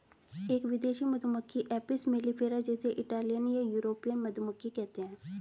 एक विदेशी मधुमक्खी एपिस मेलिफेरा जिसे इटालियन या यूरोपियन मधुमक्खी कहते है